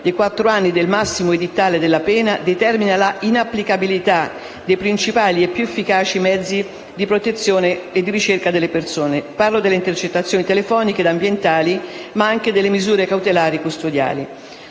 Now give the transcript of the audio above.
di quattro anni come massimo edittale della pena determina l'inapplicabilità dei principali e più efficaci mezzi di protezione e di ricerca delle persone. Parlo delle intercettazioni telefoniche e ambientali, ma anche delle misure cautelari e custodiali.